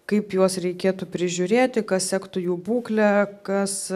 kaip juos reikėtų prižiūrėti kas sektų jų būklę kas